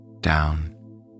down